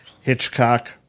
Hitchcock